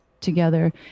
together